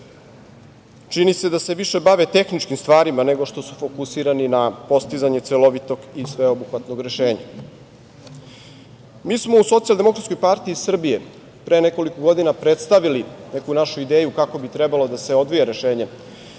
se da se više bave tehničkim stvarima nego što su fokusirani na postizanje celovitog i sveobuhvatnog rešenja. Mi smo u Socijaldemokratskoj partiji Srbije pre nekoliko godina predstavili neku našu ideju kako bi trebalo da se odvija rešenje